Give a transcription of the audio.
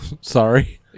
Sorry